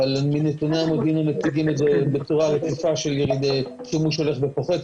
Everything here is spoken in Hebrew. אבל מנתוני המודיעין הם מציגים את זה בצורה מקיפה של שימוש הולך ופוחת,